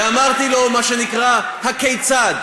ואמרתי לו מה שנקרא הכיצד,